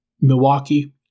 Milwaukee